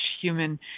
human